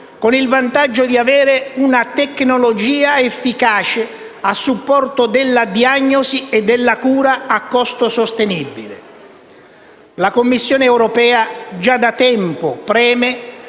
con il vantaggio di avere una tecnologia efficace a supporto della diagnosi e della cura a costo sostenibile. La Commissione europea già da tempo preme